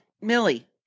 Millie